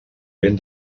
ben